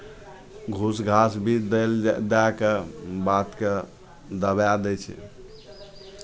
घूस घास भी दै लए दए कऽ बातकेँ दबाए दै छै